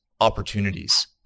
opportunities